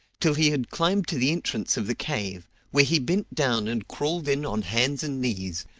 till he had climbed to the entrance of the cave, where he bent down and crawled in on hands and knees,